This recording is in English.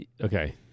okay